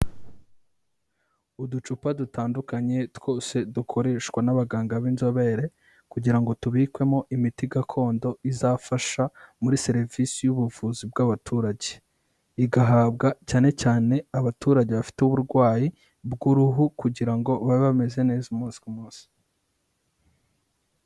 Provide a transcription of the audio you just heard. Uducupa dutandukanye, twose dukoreshwa n'abaganga b'inzobere kugira ngo tubikwemo imiti gakondo izafasha muri serivisi y'ubuvuzi bw'abaturage, igahabwa cyane cyane abaturage bafite uburwayi bw'uruhu kugira ngo babe bameze neza umunsi ku munsi.